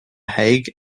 hague